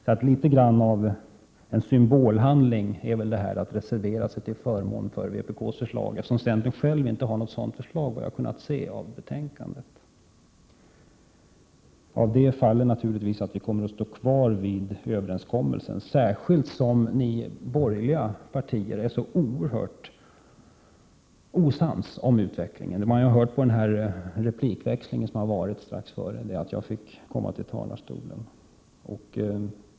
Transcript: Så litet grand av en symbolhandling är det väl när centern reserverar sig till förmån för vpk:s förslag. Centern har ju inte själv något sådant förslag, vad jag har kunnat se av betänkandet. Av det följer naturligtvis att vi kommer att stå kvar vid överenskommelsen, särskilt som de borgerliga partierna är så oerhört osams om utvecklingen — det har ju framgått av den replikväxling som ägde rum här strax innan jag fick komma upp i talarstolen.